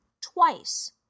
Twice